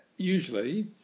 Usually